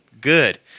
Good